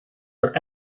are